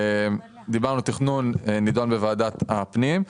דיברנו על תכנון שנידון בוועדת הפנים.